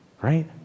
right